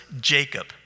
Jacob